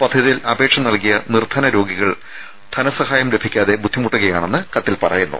പദ്ധതിയിൽ അപേക്ഷ നൽകിയ നിർദ്ദന രോഗികൾ ധനസഹായം ലഭിക്കാതെ ബുദ്ധിമുട്ടുകയാണെന്ന് കത്തിൽ പറയുന്നു